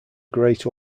great